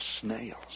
snails